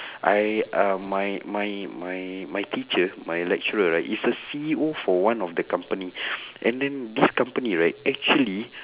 I uh my my my my teacher my lecturer right is a C_E_O for one of the company and the then this company right actually